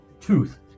tooth